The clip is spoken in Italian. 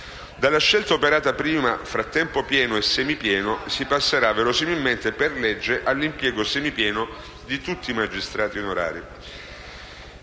Dalla scelta operata prima, tra tempo pieno e semipieno, si passerà verosimilmente per legge all'impiego semipieno di tutti i magistrati onorari.